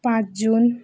पाँच जुन